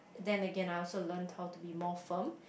then Again I also learnt how to be more firm